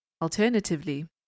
Alternatively